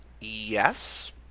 Yes